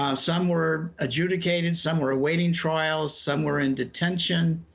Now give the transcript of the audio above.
ah some were adjudicated, some were awaiting trial, some were in detention,